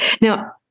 Now